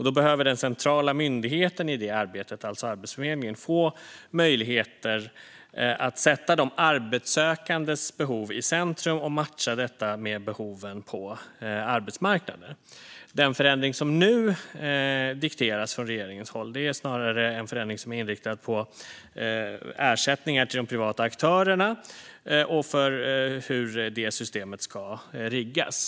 Då behöver den centrala myndigheten i det arbetet, alltså Arbetsförmedlingen, få möjligheter att sätta de arbetssökandes behov i centrum och matcha detta med behoven på arbetsmarknaden. Den förändring som nu dikteras från regeringens håll är snarare inriktad på ersättningar till de privata aktörerna och på hur det systemet ska riggas.